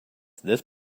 this